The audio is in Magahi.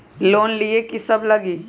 लोन लिए की सब लगी?